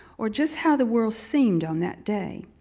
or just how the world seemed on that day.